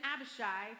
Abishai